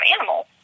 animals